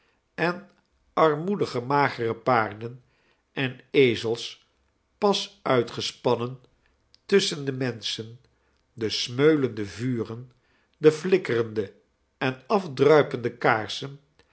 en armoedige magere paarden en ezels pas uitgespannen tussehen de menschen de smeulende vuren de flikkerende en afdruipende kaarsen